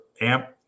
amp